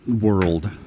world